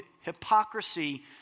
hypocrisy